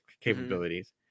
capabilities